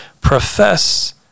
profess